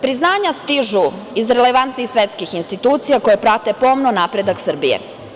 Priznanja stižu iz relevantnih svetskih institucija koje prate pomno napredak Srbije.